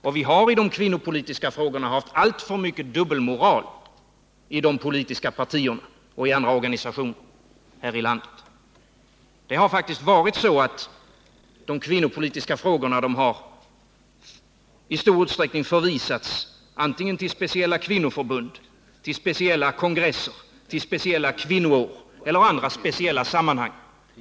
Och vi har alltför mycket dubbelmoral inom de politiska partierna och inom andra organisationer här i landet när det gäller de kvinnopolitiska frågorna. Dessa frågor har i stor utsträckning förvisats antingen till speciella kvinnoförbund, speciella kongresser och speciella kvinnor eller till andra speciella sammanhang.